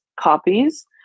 copies